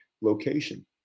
location